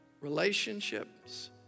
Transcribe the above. relationships